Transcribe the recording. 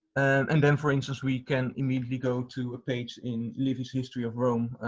and then for instance we can immediately go to a page in livy's history of rom,